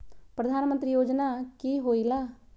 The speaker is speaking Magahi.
प्रधान मंत्री योजना कि होईला?